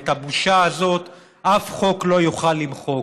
את הבושה הזאת אף חוק לא יוכל למחוק.